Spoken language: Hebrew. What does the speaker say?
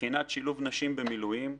מבחינת שילוב נשים במילואים,